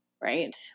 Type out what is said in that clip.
right